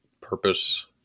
purpose